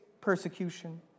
persecution